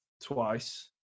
twice